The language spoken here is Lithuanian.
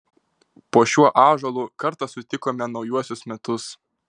po šiuo ąžuolu kartą sutikome naujuosius metus